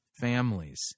families